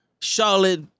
Charlotte